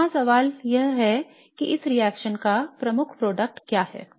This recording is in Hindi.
तो यहाँ सवाल यह है कि इस रिएक्शन का प्रमुख उत्पाद क्या है